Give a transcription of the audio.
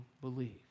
believe